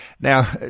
Now